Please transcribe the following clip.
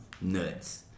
nuts